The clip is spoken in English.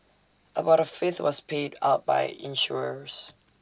about A fifth was paid out by insurers